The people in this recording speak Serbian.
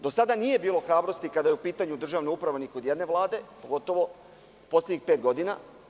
Do sada nije bilo hrabrosti kada je u pitanju državna uprava ni kod jedne Vlade, pogotovo poslednjih pet godina.